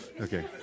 okay